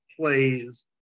plays